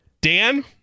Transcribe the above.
Dan